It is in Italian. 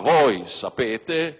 voi sapete